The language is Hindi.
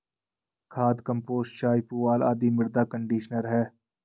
खाद, कंपोस्ट चाय, पुआल आदि मृदा कंडीशनर है